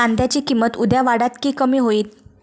कांद्याची किंमत उद्या वाढात की कमी होईत?